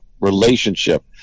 relationship